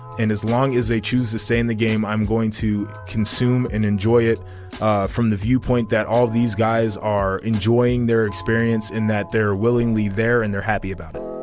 and as long as they choose to stay in the game i'm going to consume and enjoy it from the viewpoint that all of these guys are enjoying their experience in that they're willingly there and they're happy about it